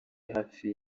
hafi